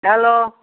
hello